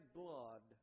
blood